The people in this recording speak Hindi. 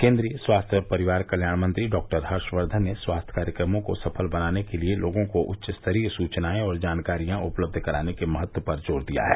केन्द्रीय स्वास्थ्य और परिवार कल्याण मंत्री डॉक्टर हर्षवर्धन ने स्वास्थ्य कार्यक्रमों को सफल बनाने के लिए लोगों को उच्चस्तरीय सूचनाएं और जानकारियां उपलब्ध कराने के महत्व पर जोर दिया है